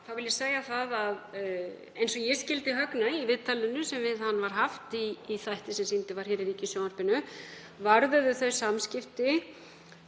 mál, vil ég segja: Eins og ég skildi Høgna í viðtalinu sem við hann var haft í þætti sem sýndur var í ríkissjónvarpinu, vörðuðu þau samskipti